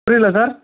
புரியலை சார்